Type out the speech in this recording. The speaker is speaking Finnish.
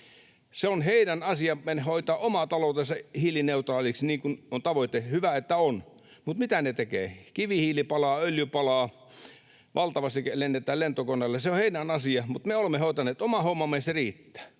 On heidän asiansa hoitaa oma taloutensa hiilineutraaliksi, niin kuin on hyvä, että se tavoite on. Mutta mitä ne tekevät? Kivihiili palaa, öljy palaa, valtavasti lennetään lentokoneella. Se on heidän asiansa, mutta me olemme hoitaneet oman hommamme, se riittää.